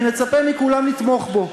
אני מצפה מכולם לתמוך בו.